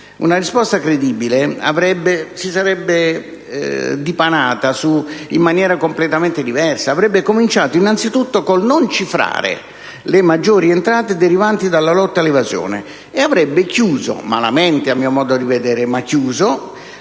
Una risposta credibile si sarebbe dipanata in maniera completamente diversa. Avrebbe cominciato innanzitutto con il non cifrare le maggiori entrate derivanti dalla lotta all'evasione e avrebbe chiuso, anche se malamente a mio modo di vedere, le